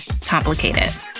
complicated